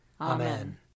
Amen